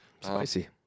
Spicy